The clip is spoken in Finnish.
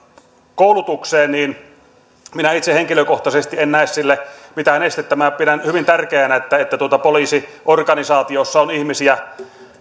koulutukseen minä itse henkilökohtaisesti en näe sille mitään estettä minä pidän hyvin tärkeänä että että poliisiorganisaatiossa on ihmisiä